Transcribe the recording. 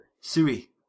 Sui